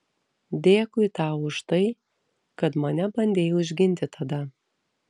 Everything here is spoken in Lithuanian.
dėkui tau už tai kad mane bandei užginti tada